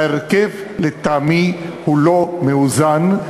ההרכב, לטעמי, לא מאוזן.